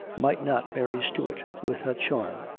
might not mary stuart, with her charm,